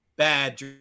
Bad